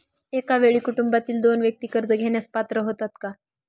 एका वेळी कुटुंबातील दोन व्यक्ती कर्ज घेण्यास पात्र होतात का?